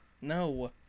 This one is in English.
No